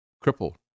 crippled